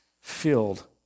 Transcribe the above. filled